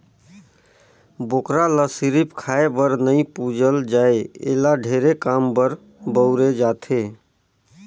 बोकरा ल सिरिफ खाए बर नइ पूजल जाए एला ढेरे काम बर बउरे जाथे